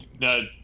no